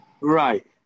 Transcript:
Right